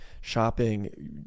shopping